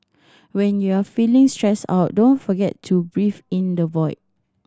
when you are feeling stressed out don't forget to breathe in the void